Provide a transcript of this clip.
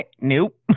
Nope